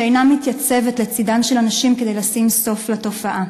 שאינה מתייצבת לצדן של הנשים כדי לשים סוף לתופעה.